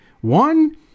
One